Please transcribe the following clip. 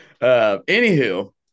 Anywho